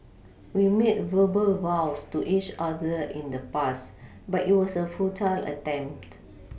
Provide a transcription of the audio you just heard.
we made verbal vows to each other in the past but it was a futile attempt